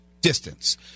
distance